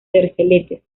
terceletes